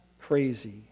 crazy